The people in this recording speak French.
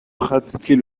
pratiquer